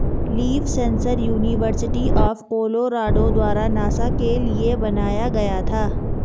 leaf sensor university of Colorado द्वारा NASA के लिए बनाया गया था